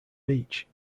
beach